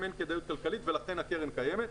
אין כדאיות כלכלית ולכן הקרן קיימת.